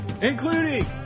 including